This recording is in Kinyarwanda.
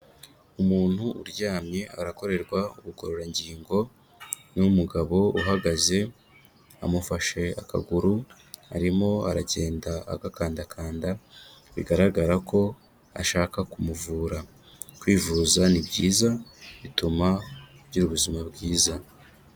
Umuntu uryamye arakorerwa ubugororangingo n'umugabo uhagaze, amufashe akaguru, arimo aragenda agakandakanda, bigaragara ko ashaka kumuvura. Kwivuza ni byiza bituma ugira ubuzima bwiza.